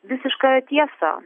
visišką tiesą